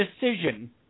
decision